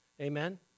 Amen